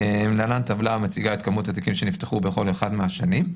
להלן טבלה המציגה את כמות התיקים שנפתחו בכל אחת מהשנים.